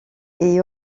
est